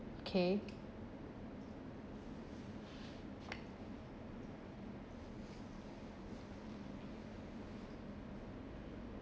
K